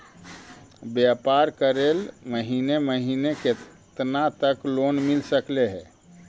व्यापार करेल महिने महिने केतना तक लोन मिल सकले हे?